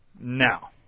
now